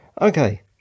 Okay